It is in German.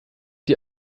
die